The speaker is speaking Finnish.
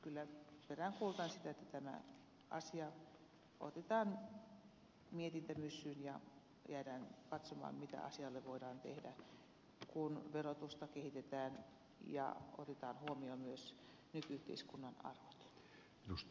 kyllä peräänkuulutan sitä että tämä asia otetaan mietintämyssyyn ja jäädään katsomaan mitä asialle voidaan tehdä kun verotusta kehitetään ja otetaan huomioon myös nyky yhteiskunnan arvot